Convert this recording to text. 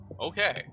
Okay